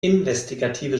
investigative